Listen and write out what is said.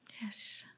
Yes